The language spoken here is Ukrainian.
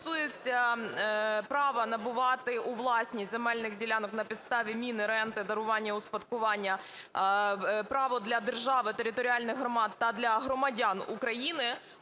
стосується права набувати у власність земельних ділянок на підставі міни, ренти, дарування, успадкування право для держави, територіальних громад та для громадян України